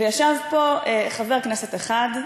וישב פה חבר כנסת אחד,